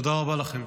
תודה רבה לכם.